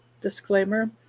disclaimer